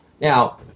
Now